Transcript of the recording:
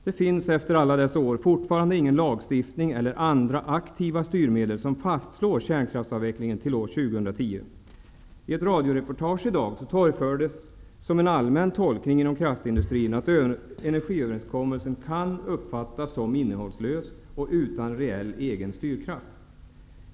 Det finns efter alla dessa år fortfarande ingen lagstiftning eller andra aktiva styrmedel som fastslår kärnkraftsavvecklingen till år 2010. I ett radioreportage i dag torgfördes som en allmän tolkning inom kraftindustrin att energiöverenskommelsen kan uppfattas som innehållslös och utan egen reell styrkraft.